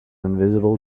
invisible